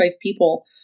people